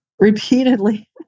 repeatedly